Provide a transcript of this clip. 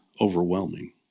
overwhelming